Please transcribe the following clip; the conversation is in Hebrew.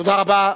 תודה רבה.